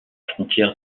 frontière